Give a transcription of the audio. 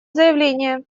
заявление